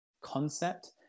concept